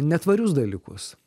netvarius dalykus